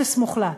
אפס מוחלט.